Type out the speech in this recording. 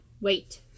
Wait